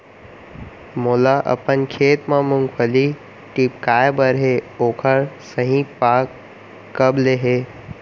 मोला अपन खेत म मूंगफली टिपकाय बर हे ओखर सही पाग कब ले हे?